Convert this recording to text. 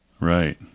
Right